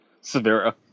Severa